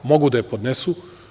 Mogu da je podnesu.